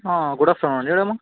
ಹಾಂ good afternoon ಹೇಳಮ್ಮ